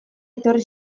etorri